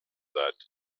that